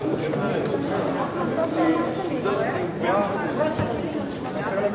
בממשלה לא